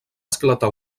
esclatar